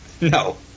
No